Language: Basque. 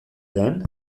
den